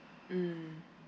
mm